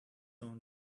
own